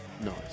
Nice